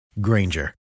Granger